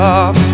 up